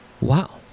Wow